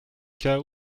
cas